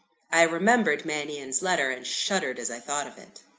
i remembered mannion's letter, and shuddered as i thought of it.